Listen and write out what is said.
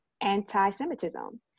anti-Semitism